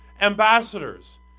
ambassadors